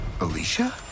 Alicia